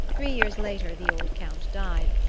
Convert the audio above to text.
three years later the old count died,